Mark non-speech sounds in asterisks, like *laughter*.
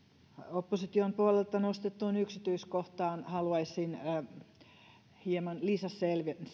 opposition puolelta nostettuun yksityiskohtaan haluaisin hieman lisäselvennystä *unintelligible*